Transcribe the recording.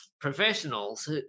professionals